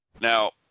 Now